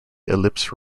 eclipse